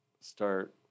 start